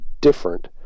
different